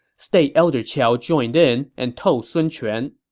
state elder qiao joined in and told sun quan,